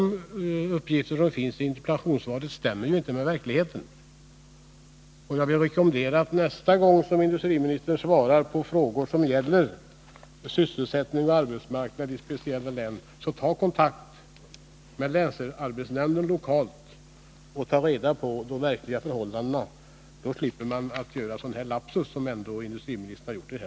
De uppgifter som finns i interpellationssvaret stämmer inte med verkligheten. Jag vill rekommendera industriministern att nästa gång han svarar på frågor som gäller sysselsättning och arbetsmarknad i ett län ta reda på de verkliga förhållandena av länsarbetsnämnden lokalt. Då slipper han göra en sådan lapsus som han gjort här.